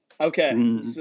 okay